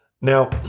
Now